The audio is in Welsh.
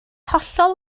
hollol